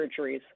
surgeries